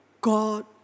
God